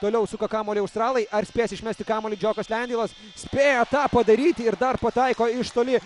toliau suka kamuolį australai ar spės išmesti kamuolį džiokas lendeilas spėjo tą padaryti ir dar pataiko iš toli